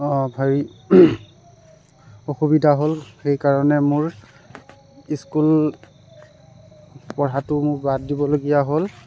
হেৰি অসুবিধা হ'ল সেইকাৰণে মোৰ স্কুল পঢ়াটো মোৰ বাদ দিবলগীয়া হ'ল